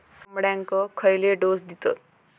कोंबड्यांक खयले डोस दितत?